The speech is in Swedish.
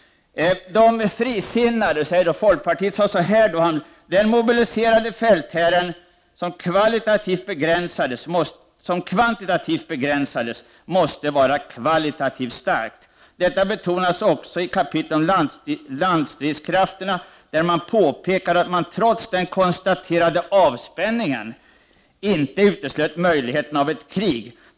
De frisinnade, eller säg folkpartiet, anförde då följande: ”Den mobiliserade fältherren, som kvantitativt begränsades till fyra fördelningar, måste vara kvalitativt stark. Detta betonades också i kapitlet om lantstridskrafterna, där man påpekade att man trots den konstaterade avspänningen inte uteslöt möjligheterna av krig.